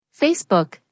facebook